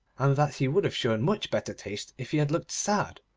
and that he would have shown much better taste if he had looked sad,